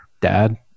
dad